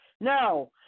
Now